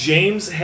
James